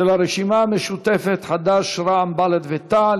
של הרשימה המשותפת, חד"ש, רע"ם, בל"ד ותע"ל.